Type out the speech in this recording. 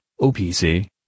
OPC